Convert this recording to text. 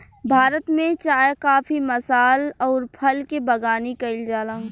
भारत में चाय काफी मसाल अउर फल के बगानी कईल जाला